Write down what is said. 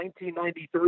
1993